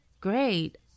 Great